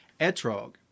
etrog